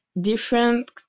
different